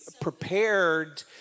prepared